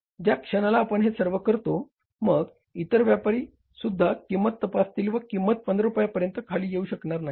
ज्या क्षणाला आपण हे सर्व करतो मग इतर व्यापारीसुद्धा किंमत तपासतील व किंमत 15 रुपयांपर्यंत खाली येऊ शकणार नाही